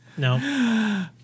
No